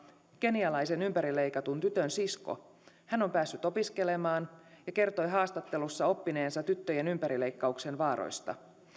kenialaisen ympärileikatun tytön sisko on päässyt opiskelemaan ja kertoi haastattelussa oppineensa tyttöjen ympärileikkauksen vaaroista